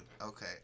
Okay